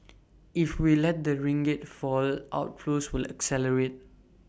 if we lets the ringgit fall outflows will accelerate